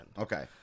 Okay